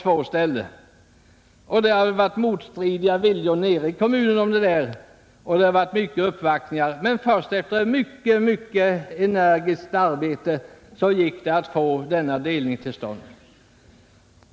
Inom kommunen har det rått motstridiga viljor, och många uppvaktningar har förekommit. Först efter mycket energiskt arbete gick det att få denna delning till stånd.